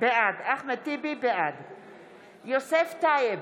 בעד יוסף טייב,